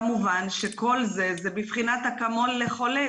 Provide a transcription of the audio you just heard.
כמובן כל זה זה בבחינת אקמול לחולה,